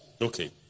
Okay